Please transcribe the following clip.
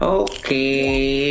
okay